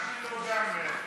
אז גם נשיא המדינה,